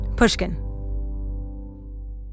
Pushkin